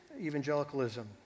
evangelicalism